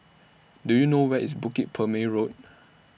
Do YOU know Where IS Bukit Purmei Road